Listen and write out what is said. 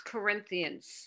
Corinthians